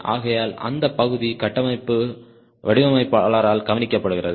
ஆகையால் அந்த பகுதி கட்டமைப்பு வடிவமைப்பாளரால் கவனிக்கப்படுகிறது